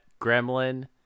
gremlin